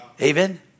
Amen